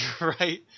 Right